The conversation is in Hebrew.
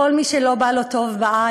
כל מי שלא בא לו טוב בעין,